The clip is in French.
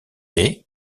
est